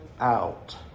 out